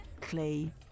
Clay